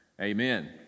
Amen